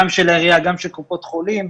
גם של העירייה וגם של קופות החולים.